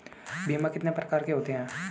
बीमा कितने प्रकार के होते हैं?